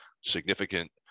significant